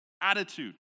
attitude